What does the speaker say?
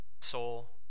soul